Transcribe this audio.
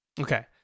Okay